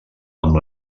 amb